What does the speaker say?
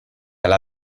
alla